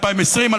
2020,